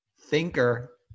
thinker